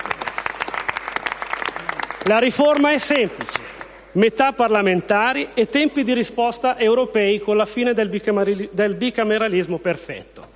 La riforma è semplice: metà parlamentari e tempi di risposta europei, con la fine del bicameralismo perfetto;